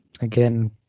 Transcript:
Again